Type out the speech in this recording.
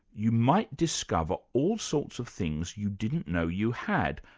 you might discover all sorts of things you didn't know you had,